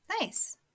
Nice